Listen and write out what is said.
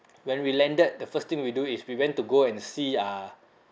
when we landed the first thing we do is we went to go and see uh